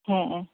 হ্যাঁ